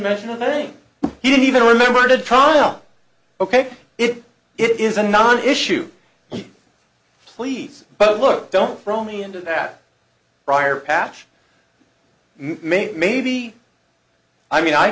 mention the name he didn't even remember to turn up ok it it is a non issue please but look don't throw me into that briar patch mate maybe i mean i